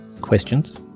Questions